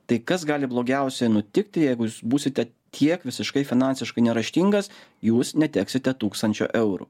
tai kas gali blogiausia nutikti jeigu jūs būsite tiek visiškai finansiškai neraštingas jūs neteksite tūkstančio eurų